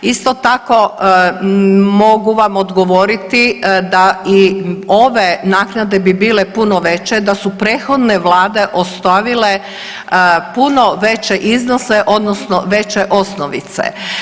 Isto tako, mogu vam odgovoriti da i ove naknade bi bile puno veće da su prethodne vlade ostavile puno veće iznose, odnosno veće osnovice.